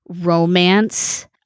romance